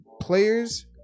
players